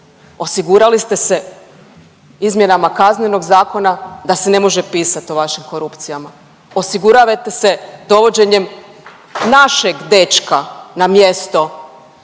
Osigurali ste se izmjenama KZ-a da se ne može pisat o vašim korupcijama, osiguravajte se dovođenjem našeg dečka na mjesto